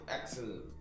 excellent